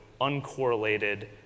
uncorrelated